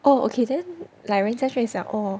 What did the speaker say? oh okay then like 人家缺少 oh